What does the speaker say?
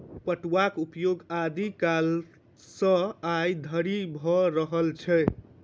पटुआक प्रयोग आदि कालसँ आइ धरि भ रहल छै